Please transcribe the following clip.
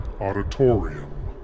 auditorium